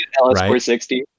LS460